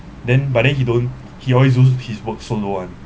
then but then he don't he always do his work solo one